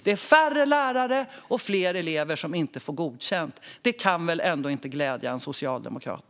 Det blir färre lärare, och det blir fler elever som inte får godkänt. Detta kan väl ändå inte glädja en socialdemokrat.